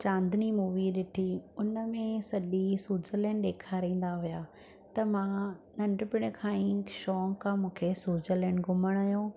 Chandni movie ॾिठी उनमें सॼी स्विट्जरलैंड ॾेखारींदा हुया त मां नंढपिण खां ई शौंक़ु आहे मूंखे स्विट्ज़रलैंड घुमण जो